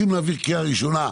בקריאה ראשונה,